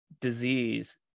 disease